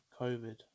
COVID